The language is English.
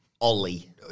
Ollie